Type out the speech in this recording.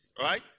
Right